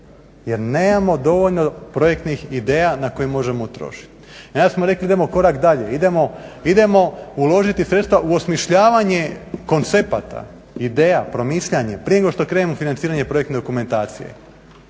jer nemamo dovoljno projektnih ideja na koje možemo utrošiti. Danas smo rekli idemo korak dalje, idemo uložiti sredstva u osmišljavanje koncepata, ideja, promišljanje prije nego što krenemo u financiranje projektne dokumentacije.